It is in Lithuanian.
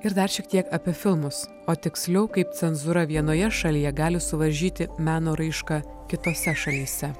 ir dar šiek tiek apie filmus o tiksliau kaip cenzūra vienoje šalyje gali suvaržyti meno raišką kitose šalyse